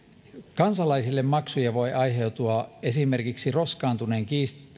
kansalaisille maksuja voi aiheutua esimerkiksi roskaantuneen